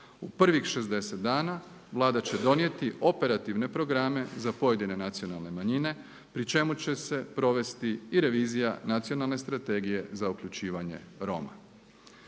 U prvih 60 dana Vlada će donijeti operativne programe za pojedine nacionalne manjine pri čemu će se provesti i revizija Nacionalne strategije za uključivanje Roma.